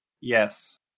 yes